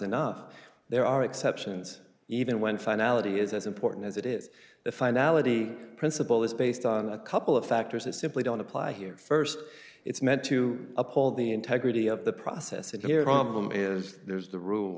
enough there are exceptions even when finality is as important as it is the finality principle is based on a couple of factors that simply don't apply here st it's meant to uphold the integrity of the process a dram of them is there's the r